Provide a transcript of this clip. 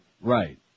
Right